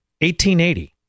1880